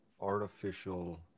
artificial